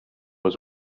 was